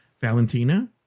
Valentina